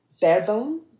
barebone